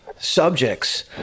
subjects